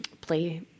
play